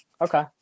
Okay